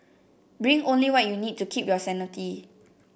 bring only what you need to keep your sanity